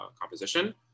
composition